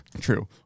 True